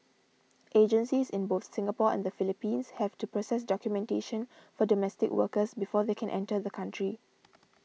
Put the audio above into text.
agencies in both Singapore and the Philippines have to process documentation for domestic workers before they can enter the country